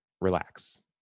relax